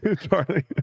Charlie